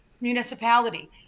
municipality